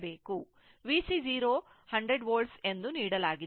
VC 0 100 volt ಎಂದು ನೀಡಲಾಗಿದೆ